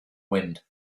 wind